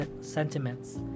sentiments